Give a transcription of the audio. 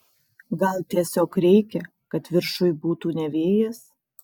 gal tiesiog reikia kad viršuj būtų ne vėjas